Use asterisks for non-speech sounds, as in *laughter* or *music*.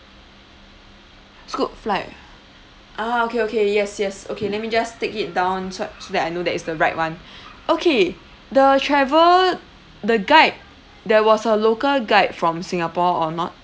scoot flight ah okay okay yes yes okay let me just take it down so I so that I know that is the right one *breath* okay the travel the guide there was a local guide from singapore or not